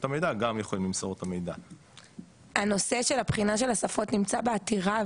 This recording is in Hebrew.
הנושא של הבחינה של השפות נמצא בעתירה וזה נבחן שם במסגרת העתירה.